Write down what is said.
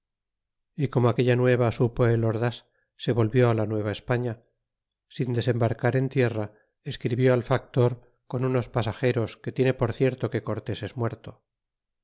y como aquella nueva supo el ordas se volvió la nueva españa sin desembarcar en tierra escribió al factor con unos pasajeros que tiene por cierto que cortés es muerto